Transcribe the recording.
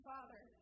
Father